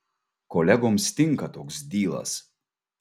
kolegoms tinka toks dylas